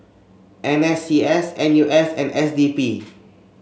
N S C S N U S and S D P